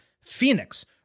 Phoenix